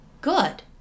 Good